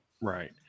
Right